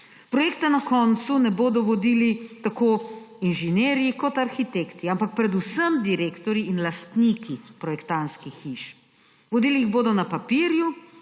Projekta na koncu ne bodo vodili niti inženirji niti arhitekti, ampak predvsem direktorji in lastniki projektantskih hiš. Vodili jih bodo na papirju